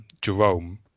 Jerome